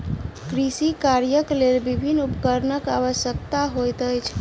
कृषि कार्यक लेल विभिन्न उपकरणक आवश्यकता होइत अछि